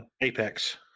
Apex